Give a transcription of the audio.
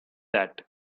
that